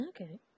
Okay